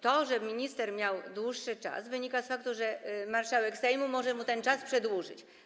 To, że minister miał dłuższy czas, wynika z faktu, że marszałek Sejmu może mu ten czas przedłużyć.